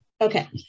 Okay